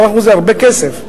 10% זה הרבה כסף.